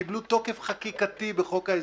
קיבלו תוקף חקיקתי בחוק ההסדרים.